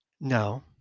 No